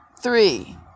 Three